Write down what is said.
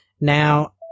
Now